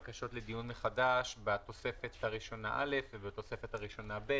בקשות לדיון מחדש בתוספת הראשונה א' ובתוספת הראשונה ב'.